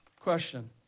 Question